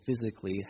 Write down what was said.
physically